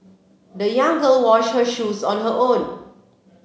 the young girl wash her shoes on her own